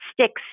sticks